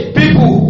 people